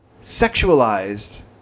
sexualized